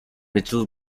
mitchell